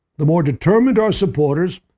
the more determined our supporters,